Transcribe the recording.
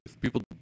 People